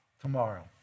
tomorrow